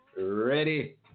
ready